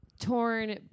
torn